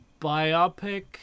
biopic